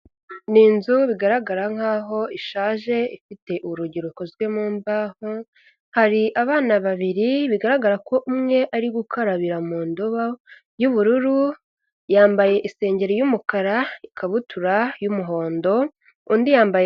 Ni inzu bigaragara nk'aho ishaje, ifite urugi rukozwe mu mbaho, hari abana babiri, bigaragara ko umwe ari gukarabira mu ndobo y'ubururu, yambaye isengeri y'umukara, ikabutura y'umuhondo, undi yambaye...